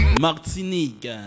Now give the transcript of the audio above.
Martinique